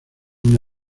una